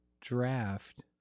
draft